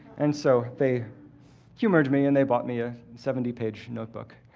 and so they humored me and they bought me a seventy page notebook.